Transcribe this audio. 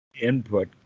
input